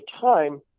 time